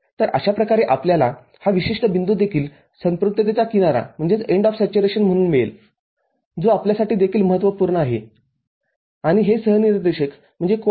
तर अशा प्रकारे आपल्याला हा विशिष्ट बिंदू देखील संपृक्ततेचा किनारा म्हणून मिळेल जो आपल्यासाठी देखील महत्त्वपूर्ण आहे आणि हे सहनिर्देशक १